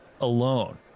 alone